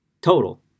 total